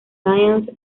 science